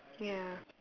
ya